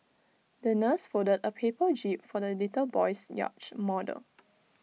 the nurse folded A paper jib for the little boy's yacht model